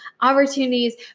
opportunities